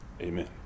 amen